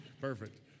Perfect